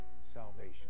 salvation